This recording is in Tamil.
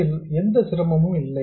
இதில் எந்த சிரமமும் இல்லை